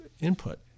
input